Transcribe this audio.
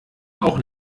auch